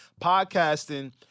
podcasting